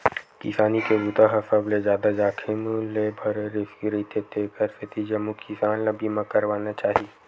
किसानी के बूता ह सबले जादा जाखिम ले भरे रिस्की रईथे तेखर सेती जम्मो किसान ल बीमा करवाना चाही